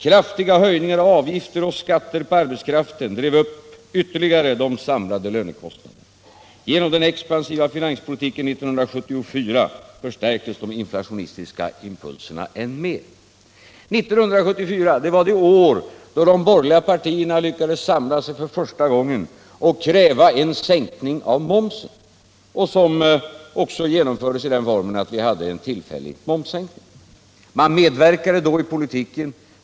”Kraftiga höjningar av avgifter och skatter på arbetskraften drev ytterligare upp de samlade lönekostnaderna. Genom den expansiva finanspolitiken 1974 förstärktes de inflationistiska impulserna än mer.” 1974 var det år då de borgerliga partierna lyckades samla sig för första gången och kräva en sänkning av momsen, något som också genomfördes i den formen att vi hade en tillfällig momssänkning. Då medverkade man i politiken.